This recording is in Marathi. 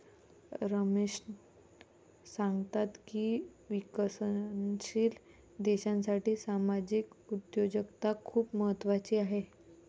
रमेश सांगतात की विकसनशील देशासाठी सामाजिक उद्योजकता खूप महत्त्वाची आहे